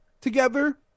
together